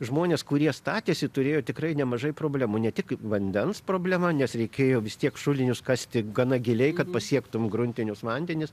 žmonės kurie statėsi turėjo tikrai nemažai problemų ne tik vandens problema nes reikėjo vis tiek šulinius kasti gana giliai kad pasiektum gruntinius vandenis